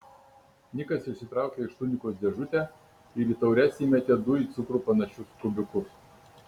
nikas išsitraukė iš tunikos dėžutę ir į taures įmetė du į cukrų panašius kubiukus